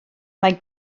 mae